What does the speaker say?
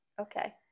Okay